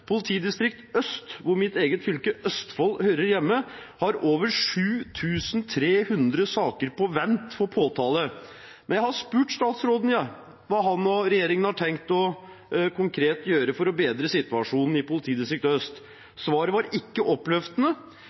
politidistrikt, hvor mitt eget fylke Østfold hører hjemme, har over 7 300 saker på vent for påtale. Jeg har spurt statsråden hva han og regjeringen har tenkt å gjøre konkret for å bedre situasjonen i Øst politidistrikt. Svaret var ikke oppløftende.